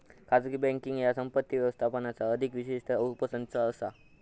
खाजगी बँकींग ह्या संपत्ती व्यवस्थापनाचा अधिक विशिष्ट उपसंच असा